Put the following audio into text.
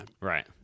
Right